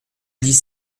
dix